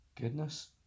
Goodness